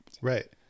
Right